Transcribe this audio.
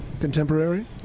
Contemporary